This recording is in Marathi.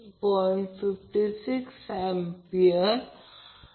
तर लाईन व्होल्टेज फेज व्होल्टेज आहे